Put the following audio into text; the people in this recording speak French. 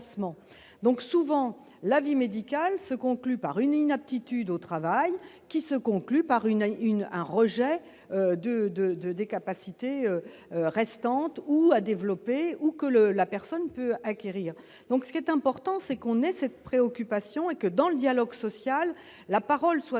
donc souvent l'avis médical se conclut par une inaptitude au travail qui se conclut par une une un rejet de, de, de, des capacités restantes ou à développer ou que le la personne peut acquérir donc ce qui est important, c'est qu'on ait cette préoccupation est que dans le dialogue social, la parole soit donnée